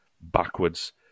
backwards